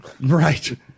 Right